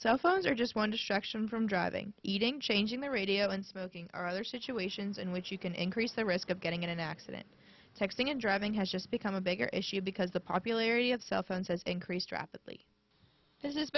so phones are just one distraction from driving eating changing the radio and smoking or other situations in which you can increase the risk of getting in an accident texting and driving has just become a bigger issue because the popularity of cell phones as increased rapidly this is